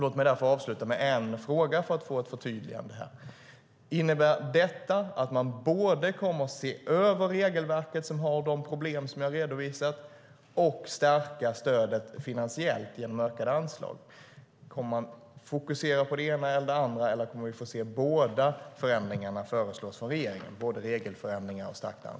Låt mig därför avsluta med en fråga för att få ett förtydligande här: Innebär detta att man både kommer att se över regelverket, som har de problem som jag redovisat, och stärka stödet finansiellt genom ökade anslag? Kommer man att fokusera på det ena eller det andra, eller kommer vi att få se båda förändringarna föreslås från regeringen?